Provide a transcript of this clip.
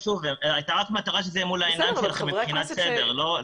הייתה רק מטרה שזה יהיה מול העיניים שלכם מבחינת סדר.